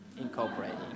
incorporating